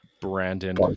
Brandon